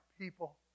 people